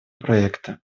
проекта